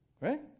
right